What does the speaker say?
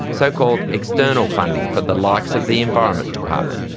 so-called external funding from the likes of the environment department.